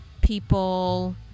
people